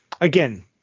Again